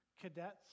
Cadets